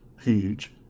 Huge